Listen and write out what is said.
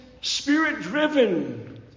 Spirit-driven